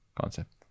concept